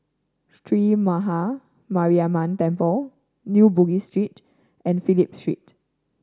Sree Maha Mariamman Temple New Bugis Street and Phillip Street